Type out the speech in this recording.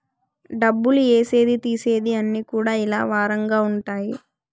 డబ్బులు ఏసేది తీసేది అన్ని కూడా ఇలా వారంగా ఉంటాయి